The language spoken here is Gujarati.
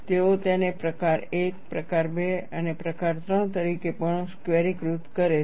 તેઓ તેને પ્રકાર 1 પ્રકાર 2 પ્રકાર 3 તરીકે પણ સ્ક્વેરીકૃત કરે છે